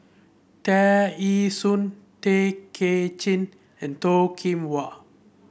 Tear Ee Soon Tay Kay Chin and Toh Kim Hwa